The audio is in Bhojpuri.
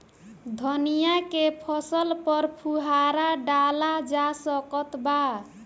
धनिया के फसल पर फुहारा डाला जा सकत बा?